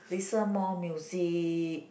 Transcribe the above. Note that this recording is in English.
listen more music